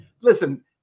Listen